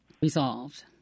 resolved